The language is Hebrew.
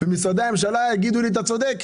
ומשרדי הממשלה יגידו לי: אתה צודק,